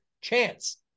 chance